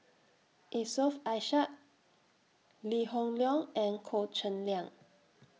Yusof Ishak Lee Hoon Leong and Goh Cheng Liang